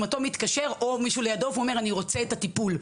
ומתקשר ביוזמתו או מישהו לידו ואומר: "אני רוצה את הטיפול".